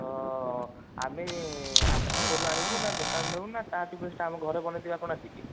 ତ ଆମେ ଆପଣଙ୍କ ଘରୁ ଆଣିବୁନା ନା ଦୋକାନରୁ ଆଣିବୁନା ତାଠୁ ବେଷ୍ଟ୍ ଆମ ଘରେ ବନେଇଦେବେ ଆପଣ ଆସିକି